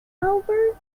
albert